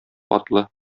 атлы